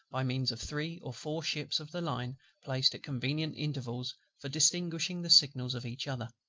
by means of three or four ships of the line placed at convenient intervals for distinguishing the signals of each other.